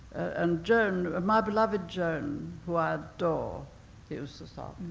and joan, ah my beloved joan, who i adore, he used to start.